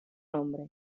nombre